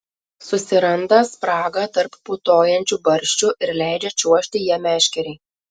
susiranda spragą tarp putojančių barščių ir leidžia čiuožti ja meškerei